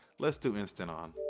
let's do instant-on.